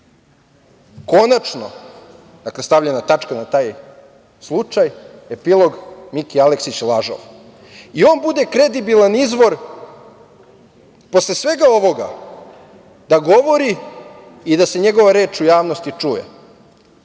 konačno je stavljena tačka na taj slučaj, epilog - Miki Aleksić je lažov. I on bude kredibilan izvor, posle svega ovoga, da govori i da se njegova reč u javnosti čuje.